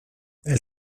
elles